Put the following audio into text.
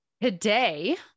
Today